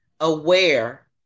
aware